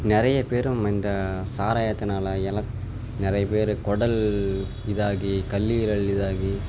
நிறையப் பேரும் இந்த சாராயத்துனால எலக் நிறையப் பேர் குடல் இதாகி கல்லீரல் இதாகி